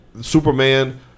Superman